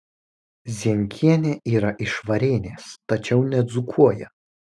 zienkienė yra iš varėnės tačiau nedzūkuoja